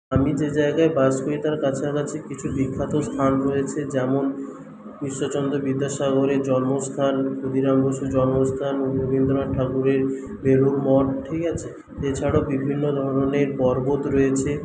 আমি যে জায়গায় বাস করি তার কাছাকাছি কিছু বিখ্যাত স্থান রয়েছে যেমন ঈশ্বরচন্দ্র বিদ্যাসাগরের জন্মস্থান ক্ষুদিরাম বসুর জন্মস্থান রবীন্দ্রনাথ ঠাকুরের বেলুড় মঠ ঠিক আছে এছাড়াও বিভিন্ন ধরনের পর্বত রয়েছে